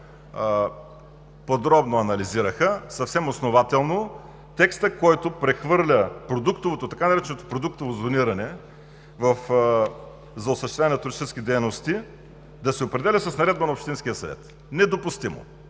подробно анализираха, съвсем основателно – текстът, който прехвърля така нареченото продуктово зониране за осъществяване на туристически дейности, да се определя с наредба на общинския съвет. Недопустимо!